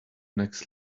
next